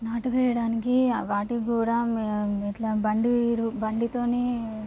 నాటు వేయడానికి వాటికి కూడా ఇట్లా బండి బండితోనే